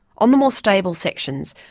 on the more stable sections,